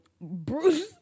Bruce